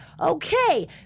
Okay